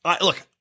look